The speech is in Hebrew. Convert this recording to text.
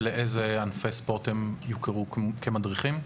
ובאילו ענפי ספורט הם יוכרו כמדריכים,